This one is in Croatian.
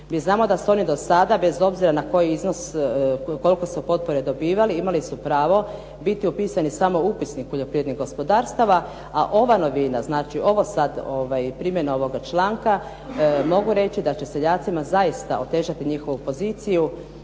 Mi znamo da su oni dosada bez obzira na koji iznos koliko su potpore dobivali, imali su pravo biti upisani samo u upisnik poljoprivrednih gospodarstava, a ova novina znači ovo sad primjena ovoga članka mogu reći da će seljacima zaista otežati njihovu poziciju